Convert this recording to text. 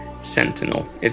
Sentinel